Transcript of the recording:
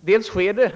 Dels sker